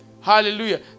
Hallelujah